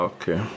Okay